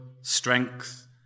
strength